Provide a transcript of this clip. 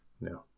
No